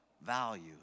Value